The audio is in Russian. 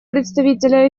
представителя